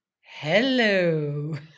hello